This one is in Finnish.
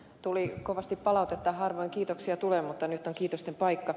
tuli kovasti palautetta harvoin kiitoksia tulee mutta nyt on kiitosten paikka